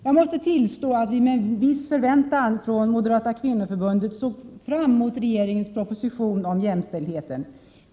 Jag måste tillstå att det var med en viss förväntan som Moderata kvinnoförbundet såg fram emot regeringens proposition om jämställdheten.